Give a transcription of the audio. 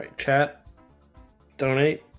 ah chat donate